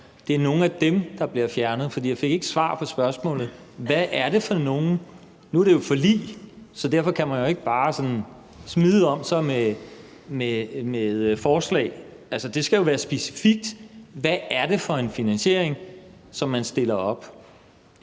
nævner her, der skal fjernes? For jeg fik ikke svar på spørgsmålet: Hvad er det for nogle? Nu er der jo et forlig, så derfor kan man ikke bare sådan smide om sig med forslag. Altså, det skal jo være specifikt. Hvad er det for en finansiering, som man stiller op?